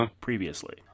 previously